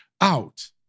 out